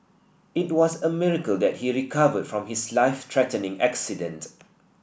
it was a miracle that he recovered from his life threatening accident